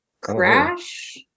Crash